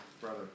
brother